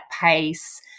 pace